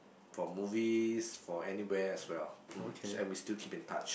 for movies for anywhere as well mm and we still keep in touch